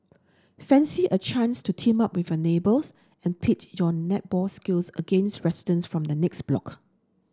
fancy a chance to team up with your neighbours and pit your netball skills against residents from the next block